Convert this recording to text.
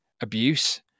abuse